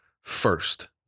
first